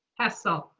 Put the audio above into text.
hessle.